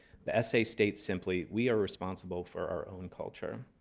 the essay states simply, we are responsible for our own culture.